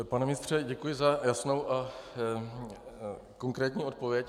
Pane ministře, děkuji za jasnou a konkrétní odpověď.